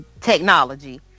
technology